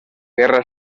guerra